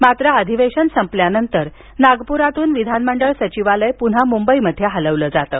मात्र अधिवेशन संपल्यानंतर नागपूरातून विधानमंडळ सचिवालय पुन्हा मुंबईत इलवलं जातं